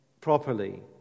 properly